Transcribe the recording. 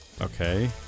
Okay